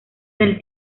del